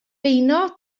beuno